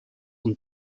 und